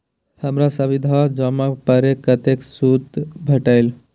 हमर सावधि जमा पर कतेक सूद भेटलै?